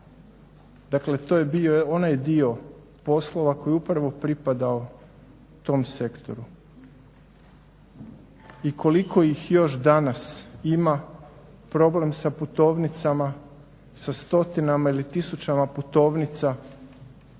Dakle, to je bio onaj dio poslova koji je upravo pripadao tom sektoru. I koliko ih još danas ima problem sa putovnicama, sa stotinama ili tisućama putovnica